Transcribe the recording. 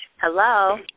Hello